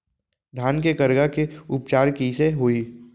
धान के करगा के उपचार कइसे होही?